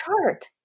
chart